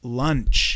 lunch